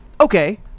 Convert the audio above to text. okay